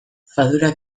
fadura